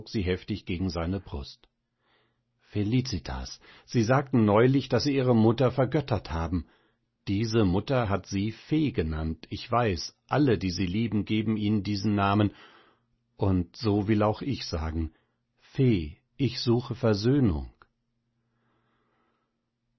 sie heftig gegen seine brust felicitas sie sagten neulich daß sie ihre mutter vergöttert haben diese mutter hat sie fee genannt ich weiß alle die sie lieben geben ihnen diesen namen und so will auch ich sagen fee ich suche versöhnung